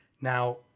Now